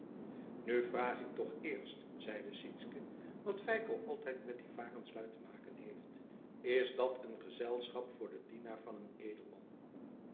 nu vraag ik toch eens zeide sytsken wat feiko altijd met die varenslui te maken heeft is dat een gezelschap voor den dienaar van een edelman